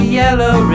yellow